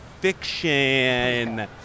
fiction